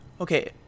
Okay